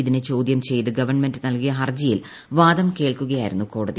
ഇതിനെ ചോദ്യം ചെയ്ത് ഗവൺമെന്റ് നൽകിയ ഹർജിയിൽ വാദം കേൾക്കുകയായിരുന്നു ക്വോടതി